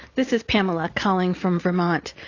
this is pamela calling from vermont.